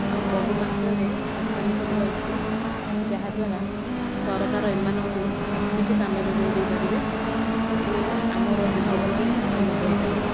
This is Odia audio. ଆଉ ବହୁ ମାତ୍ରାରେ କମ୍ପାନୀ ଖୋଲିବା ଉଚିତ ଯାହାଦ୍ୱାରା ସରକାର ଏମାନଙ୍କୁ କିଛି କାମ ଯୋଗାଇ ଦେଇପାରିବେ ଓ ଆମର ଯୁବକମାନେ ଉନ୍ନତ ହୋଇପାରିବେ